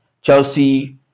Chelsea